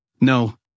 No